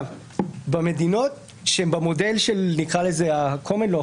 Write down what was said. במדינות שהן במודל ה-Common law,